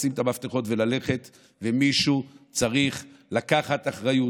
לשים את המפתחות וללכת, ומישהו צריך לקחת אחריות.